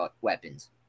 weapons